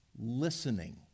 listening